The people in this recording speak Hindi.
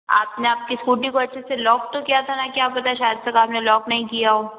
आपने आपकी स्कूटी को अच्छे से लॉक तो किया था न क्या पता शायद तक आपने लॉक नहीं किया हो